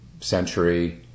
century